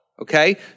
Okay